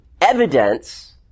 evidence